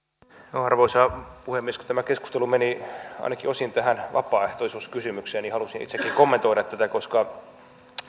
arvoisa puhemies kun tämä keskustelu meni ainakin osin tähän vapaaehtoisuuskysymykseen niin halusin itsekin kommentoida tätä koska